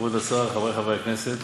תודה, כבוד השר, חברי חברי הכנסת,